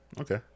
Okay